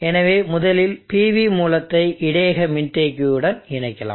எனவே முதலில் PV மூலத்தை இடையக மின்தேக்கியுடன் இணைக்கலாம்